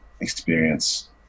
experience